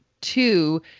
two